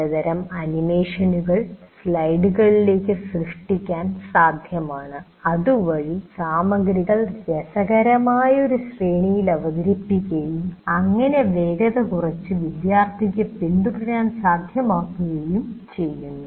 ചിലതരം ആനിമേഷനുകൾ സ്ലൈഡുകളിലേക്ക് സൃഷ്ടിക്കാൻ സാധ്യമാണ് അതുവഴി സാമഗ്രികൾ രസകരമായ ഒരു ശ്രേണിയിൽ അവതരിപ്പിക്കുകയും അങ്ങനെ വേഗത കുറച്ച് വിദ്യാർത്ഥിക്ക് പിന്തുടരാൻ സാധൃമാക്കുന്നു